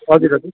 हजुर हजुर